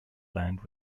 land